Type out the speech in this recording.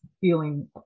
feeling